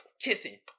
Kissing